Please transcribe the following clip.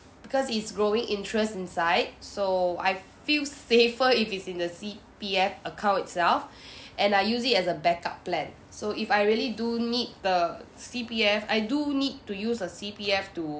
because it's growing interest inside so I feel safer if it's in the C_P_F account itself and I use it as a backup plan so if I really do need the C_P_F I do need to use a C_P_F to